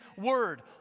word